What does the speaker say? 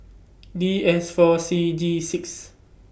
D S four C G six